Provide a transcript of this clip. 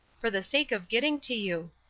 for the sake of getting to you.